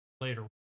later